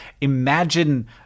imagine